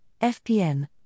FPN